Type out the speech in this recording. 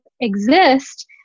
exist